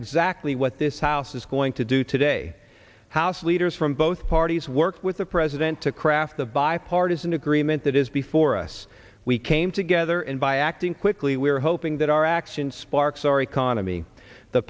exactly what this house is going to do today house leaders from both parties worked with the president to craft a bipartisan agreement that is before us we came together and by acting quickly we're hoping that our action sparks our economy the